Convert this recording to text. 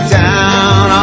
down